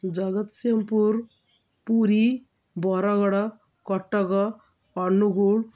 Jagatsinghpur Puri Bargarh Cuttack Angul